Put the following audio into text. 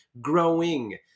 growing